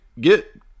get